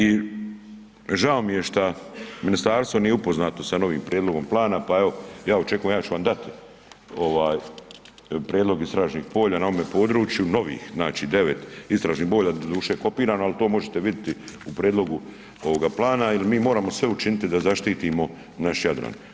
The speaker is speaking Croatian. I žao mi je šta ministarstvo nije upoznato sa novim prijedlogom plana, pa evo ja očekujem ja ću vam dati ovaj prijedlog istražnih na ovome području, novih znači 9 istražnih polja, doduše kopirano ali to možete vidjeti u prijedlogu ovoga plana jer mi moramo sve učiniti da zaštitimo naš Jadran.